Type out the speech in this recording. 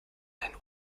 einen